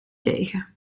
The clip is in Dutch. tegen